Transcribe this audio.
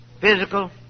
physical